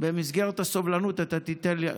במסגרת הסובלנות אתה תיתן לי,